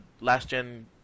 last-gen